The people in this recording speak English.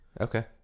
okay